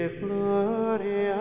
glory